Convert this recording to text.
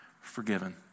Forgiven